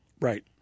Right